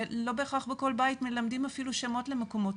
שלא בהכרח בכל בית מלמדים אפילו שמות למקומות